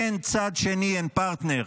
אין צד שני, אין פרטנר.